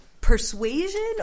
persuasion